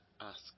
ask